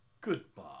Goodbye